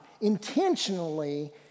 intentionally